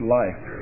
life